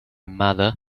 mother